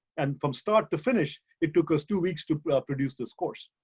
and from start to finish, it took us two weeks to produce this course.